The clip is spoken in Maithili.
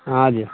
हाँ जी